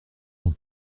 dans